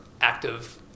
active